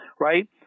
right